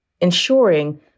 ensuring